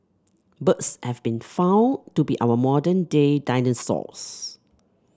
birds have been found to be our modern day dinosaurs